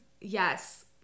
Yes